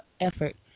effort